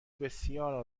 بسیار